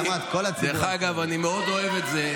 דרך אגב, אני מאוד אוהב את זה,